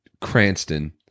Cranston